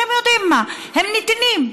אתם יודעים מה, הם נתינים.